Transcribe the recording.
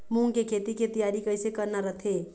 मूंग के खेती के तियारी कइसे करना रथे?